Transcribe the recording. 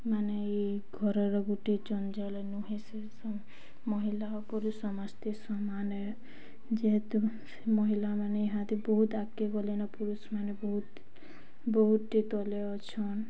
ମାନେ ଏଇ ଘରର ଗୋଟେ ଜଞ୍ଜାଲେ ନୁହେଁ ସେ ମହିିଳା ଓ ପୁରୁଷ ସମସ୍ତେ ସମାନେ ଯେହେତୁ ମହିଳାମାନେ ଇହାଦେ ବହୁତ ଆଗ୍ କେ ଗଲେ ନ ପୁରୁଷମାନେ ବହୁତ ବହୁତଟି ତଲେ ଅଛନ୍